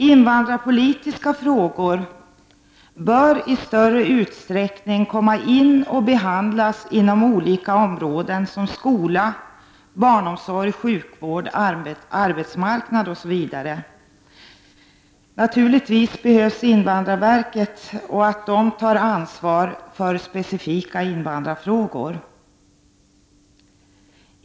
Invandrarpolitiska frågor bör i större utsträckning behandlas inom olika områden som skola, barnomsorg, sjukvård, arbetsmarknad, osv. Naturligtvis behövs invandrarverket. Det skall ta ansvar för specifika invandrarfrågor.